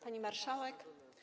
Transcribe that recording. Pani Marszałek!